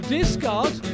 Discard